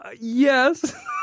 yes